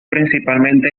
principalmente